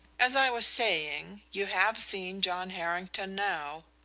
as i was saying, you have seen john harrington, now.